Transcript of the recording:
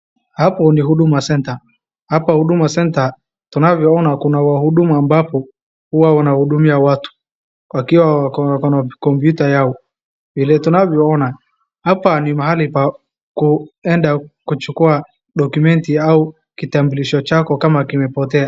Hapo ni Huduma center. Hapo Huduma center tunavyo ona kuna wahuduma ambapo huwa wanahudumia watu wakiwa wako na computer yao. Vile tunavyo ona hapa ni pahali pa kuenda kuchukua document au kitambulisho chako kama kimepotea.